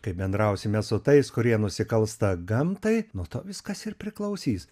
kaip bendrausime su tais kurie nusikalsta gamtai nuo to viskas ir priklausys